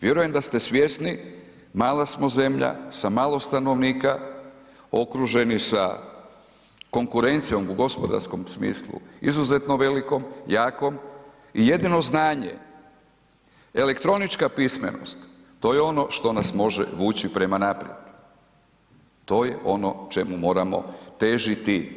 Vjerujem da ste svjesni, mala smo zemlja, sa malo stanovnika, okruženi sa konkurencijom u gospodarskom smislu izuzetno velikom, jakom i jedino znanje elektronička pismenost, to je ono što nas može vući prema naprijed, to je ono čemu moramo težiti.